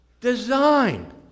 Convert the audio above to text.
design